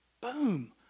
boom